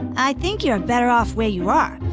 i think you are better off where you are,